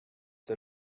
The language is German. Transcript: der